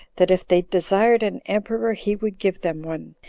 that if they desired an emperor, he would give them one,